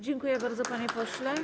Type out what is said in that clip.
Dziękuję bardzo, panie pośle.